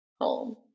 home